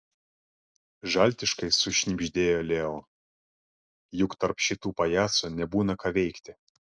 žaltiškai sušnibždėjo leo juk tarp šitų pajacų nebūna ką veikti